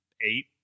eight